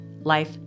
life